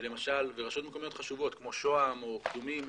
למשל ברשויות מקומיות חשובות כמו שוהם או קדומים,